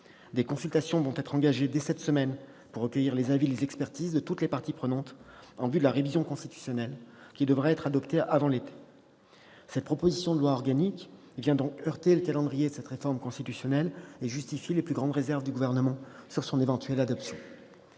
Des consultations vont être engagées à partir de cette semaine pour recueillir les avis et les expertises de toutes les parties prenantes en vue de la révision constitutionnelle, qui devra être adoptée avant l'été. Cette proposition de loi organique vient donc heurter le calendrier de cette grande réforme constitutionnelle. Cela justifie les plus grandes réserves du Gouvernement quant à son éventuelle adoption.